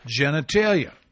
genitalia